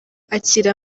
akira